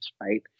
right